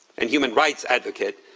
and human right advocate,